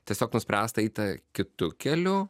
tiesiog nuspręsta eiti kitu keliu